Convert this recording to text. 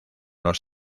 los